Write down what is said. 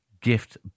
gift